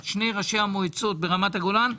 את שני ראשי המועצות ברמת הגולן,